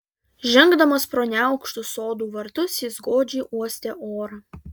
žengdamas pro neaukštus sodų vartus jis godžiai uostė orą